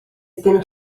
ddim